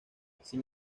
sin